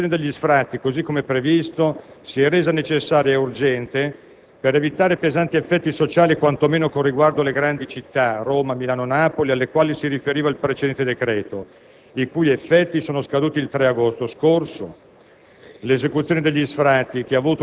Naturalmente, una sospensione degli sfratti - così come previsto - si è resa necessaria e urgente per evitare pesanti effetti sociali, quantomeno con riguardo alle grandi città (Roma, Milano e Napoli) alle quali si riferiva il precedente decreto, i cui effetti sono scaduti il 3 agosto scorso: